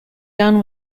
down